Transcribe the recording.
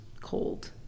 cold